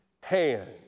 hand